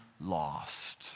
lost